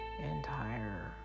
entire